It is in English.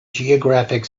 geographic